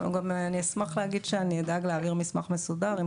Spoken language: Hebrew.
אני אשמח להגיד שאדאג להעביר מסמך מסודר עם